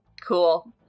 Cool